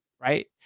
right